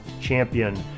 champion